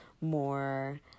more